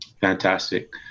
Fantastic